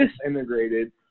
disintegrated